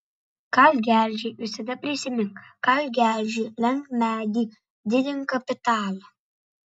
kalk geležį visada prisimink kalk geležį lenk medį didink kapitalą